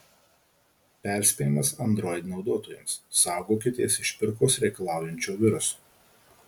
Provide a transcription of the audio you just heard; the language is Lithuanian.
perspėjimas android naudotojams saugokitės išpirkos reikalaujančio viruso